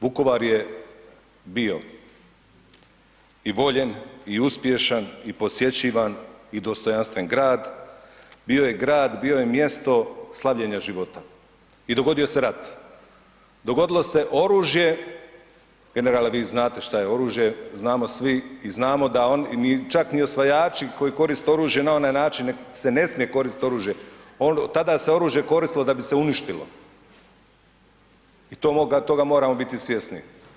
Vukovar je bio i voljen i uspješan i posjećivan i dostojanstven grad, bio je grad, bio je mjesto slavljena života i dogodio se rat, dogodilo se oružje, generale, vi znate šta je oružje, znamo svi i znamo da čak ni osvajači koji koriste oružje na one načine na koje se ne smije koristiti oružje, tada se oružje koristilo da bi se uništilo i toga moramo biti svjesni.